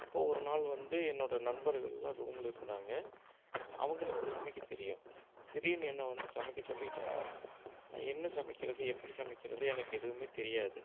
அப்போ ஒரு நாள் வந்து என்னோட நண்பர்கள்லாம் ரூம்ல இருந்தாங்க அவங்களுக்கு சமைக்க தெரியும் திடீர்னு என்ன வந்து சமைக்க சொல்லிவிட்டாங்க நான் என்ன சமைக்கிறது எப்படி சமைக்கிறது எனக்கு எதுவுமே தெரியாது